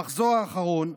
במחזור האחרון,